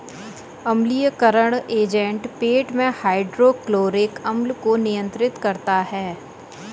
अम्लीयकरण एजेंट पेट में हाइड्रोक्लोरिक अम्ल को नियंत्रित करता है